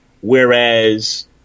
Whereas